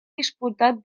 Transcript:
disputat